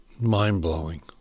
mind-blowing